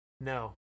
No